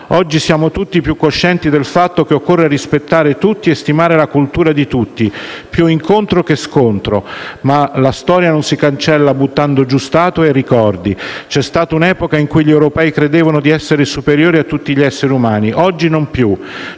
Oggi siamo tutti più coscienti del fatto che occorre rispettare tutti e stimare la cultura di tutti, più incontro che scontro, ma la storia non si cancella buttando giù statue e ricordi. C'è stata un'epoca in cui gli europei credevano di essere superiori a tutti gli esseri umani; oggi non più.